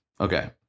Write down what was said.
Okay